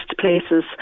places